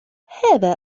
هذا